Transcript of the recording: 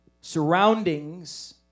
Surroundings